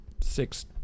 six